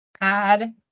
add